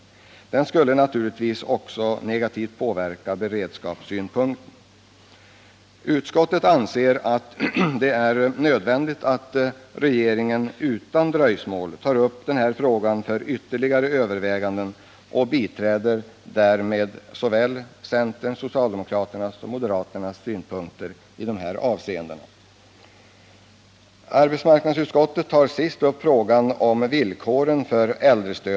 En avveckling skulle naturligtvis också få en negativ inverkan på försörjningsberedskapen. Utskottet anser att det är nödvändigt att regeringen utan dröjsmål tar upp denna fråga för ytterligare överväganden, och utskottet biträder därmed såväl centerns som socialdemokraternas och moderaternas synpunkter i dessa avseenden. Arbetsmarknadsutskottet tar slutligen upp frågan om villkoren för äldrestödet.